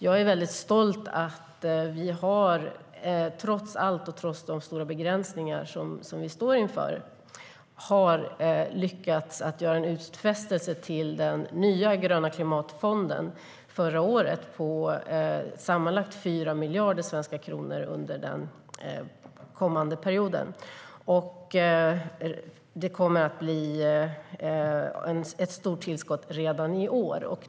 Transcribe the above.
Jag är mycket stolt över att vi, trots de stora begränsningar vi står inför och trots allt annat, har lyckats göra en utfästelse till den nya fonden, Gröna klimatfonden, förra året på sammanlagt 4 miljarder svenska kronor under den kommande perioden, och det kommer att bli ett stort tillskott redan i år.